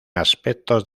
aspectos